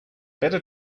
better